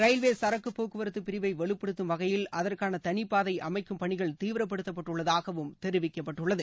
railway சரக்கு போக்குவரத்துப் பிரிவை வலுப்படுத்தும் வகையில் அதற்கான தனிப்பாதை அமைக்கும் பணிகள் தீவிரப்படுத்தப்பட்டுள்ளதாகவும் தெரிவிக்கப்பட்டுள்ளது